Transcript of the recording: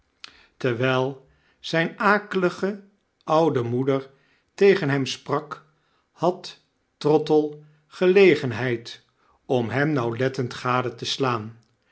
terwijl zijne akelige oude moeder tegen hem sprak had trottle gelegenheid om hemnauwlettend gade te slaan